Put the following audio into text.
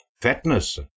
fatness